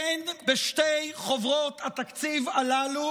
אין בשתי חוברות התקציב הללו